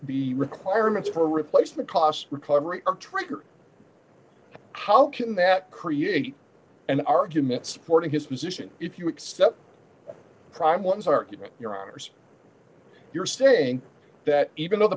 b requirements for replacement cost recovery are triggered how can that create an argument supporting his position if you accept prime ones argument your honour's you're saying that even though the